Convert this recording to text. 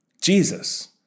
Jesus